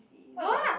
no